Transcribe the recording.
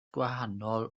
gwahanol